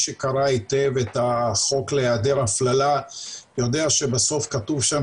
שקרא היטב את החוק להיעדר הפללה יודע שבסוף כתוב שם